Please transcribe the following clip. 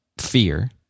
fear